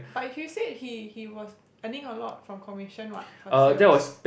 but if you said he he was earning a lot from commission what from sales